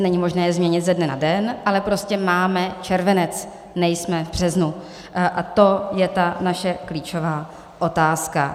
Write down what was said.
není možné změnit ze dne na den, ale prostě máme červenec, nejsme v březnu, a to je ta naše klíčová otázka.